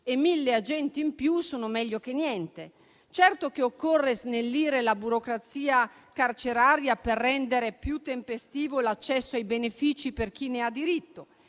e mille agenti in più sono meglio che niente. Certo che occorre snellire la burocrazia carceraria per rendere più tempestivo l'accesso ai benefici per chi ne ha diritto.